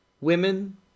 women